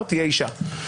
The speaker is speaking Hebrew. בוודאי.